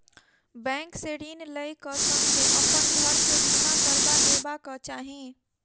bank से ऋण लै क संगै अपन घर के बीमा करबा लेबाक चाही